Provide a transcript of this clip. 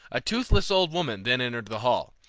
a toothless old woman then entered the hall,